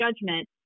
judgment